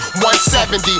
170